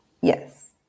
yes